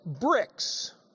bricks